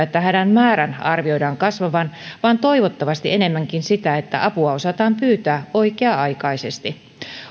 että hädän määrän arvioidaan kasvavan vaan toivottavasti enemmänkin sitä että apua osataan pyytää oikea aikaisesti